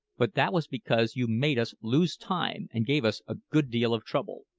but that was because you made us lose time and gave us a good deal of trouble.